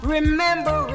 Remember